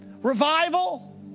Revival